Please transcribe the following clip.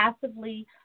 passively